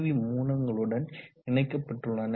we மூலங்களுடன் இணைக்கப்பட்டுள்ளன